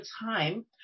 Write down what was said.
time